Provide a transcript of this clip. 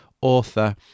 author